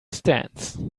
stands